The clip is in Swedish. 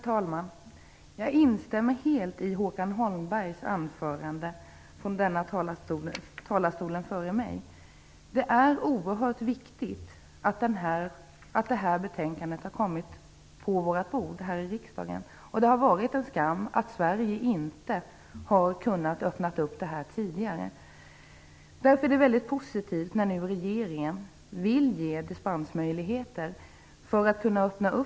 Herr talman! Jag instämmer helt i Håkan Holmbergs anförande. Det är oerhört viktigt att det här betänkandet har kommit på våra bord här i riksdagen. Det har varit en skam att Sverige inte har kunnat öppna den här möjligheten tidigare. Därför är det positivt att regeringen nu vill ge dispensmöjligheter.